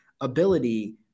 ability